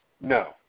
No